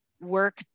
work